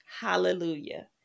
Hallelujah